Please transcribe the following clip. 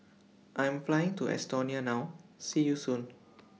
I Am Flying to Estonia now See YOU Soon